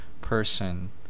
person